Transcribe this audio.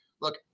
look